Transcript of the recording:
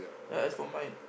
ya as for mine